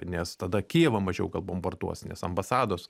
nes tada kijevo mažiau gal bombarduos nes ambasados